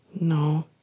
No